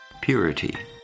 Purity